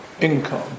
income